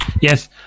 yes